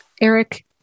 Eric